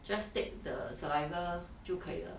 just take the saliva 就可以了